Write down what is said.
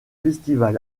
festival